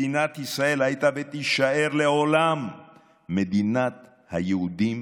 מדינת ישראל הייתה ותישאר לעולם מדינת היהודים,